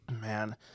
Man